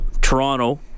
Toronto